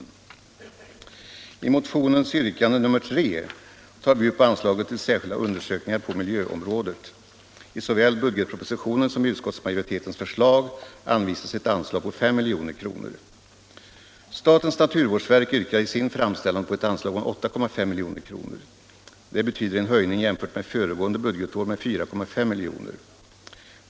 I motionens yrkande nr 3 tar vi upp anslaget till särskilda undersökningar på miljöområdet. Såväl i budgetpropositionen som i utskottsmajoritetens förslag anvisas ett anslag på 5 milj.kr. Statens naturvårdsverk yrkar i sin framställan på ett anslag om 8,5 milj.kr. Det betyder en höjning jämfört med föregående budgetår med 4,5 milj.kr.